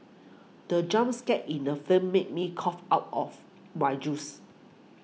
the jump scare in the film made me cough out of my juice